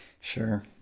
Sure